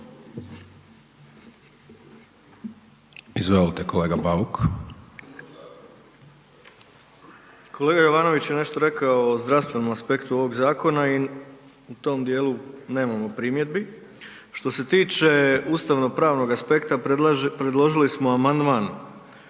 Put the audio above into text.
**Bauk, Arsen (SDP)** Kolega Jovanović je nešto rekao o zdravstvenom aspektu ovog zakona i u tom dijelu nemamo primjedbi. Što se tiče ustavnopravnog aspekta predložili smo amandman